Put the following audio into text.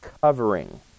covering